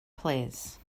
plîs